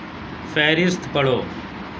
فہرست پڑھو